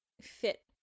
fit